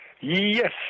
yes